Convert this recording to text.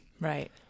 Right